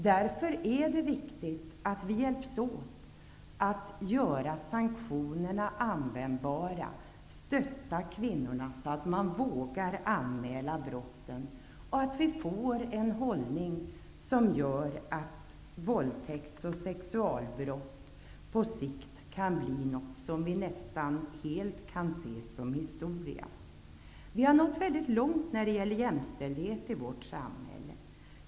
Därför är det viktigt att vi hjälps åt att göra sanktionerna användbara, att vi stöttar kvinnorna, så att de vågar anmäla brotten och att vi får en hållning som gör att våldtäkt och sexualbrott på sikt kan bli något som vi nästan helt kan se som historia. Vi har nått mycket långt när det gäller jämställdhet i vårt samhälle.